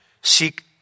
seek